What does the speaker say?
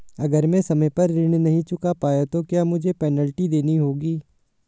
अगर मैं समय पर ऋण नहीं चुका पाया तो क्या मुझे पेनल्टी देनी होगी?